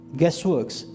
guessworks